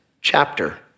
chapter